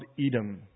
Edom